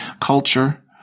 culture